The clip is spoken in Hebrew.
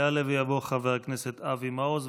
יעלה ויבוא חבר הכנסת אבי מעוז,